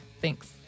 Thanks